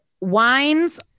Wines